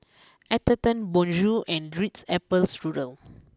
Atherton Bonjour and Ritz Apple Strudel